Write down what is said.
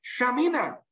Shamina